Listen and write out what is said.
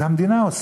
את זה המדינה עושה.